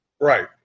Right